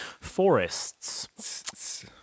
Forests